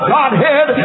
Godhead